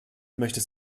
möchtest